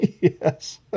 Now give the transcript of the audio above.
Yes